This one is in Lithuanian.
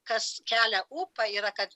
kas kelia ūpą yra kad